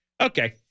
Okay